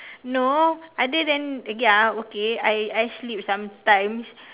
no other than ya okay I I sleep sometimes